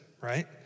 right